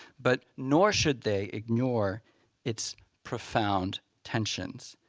but nor should they ignore its profound tensions.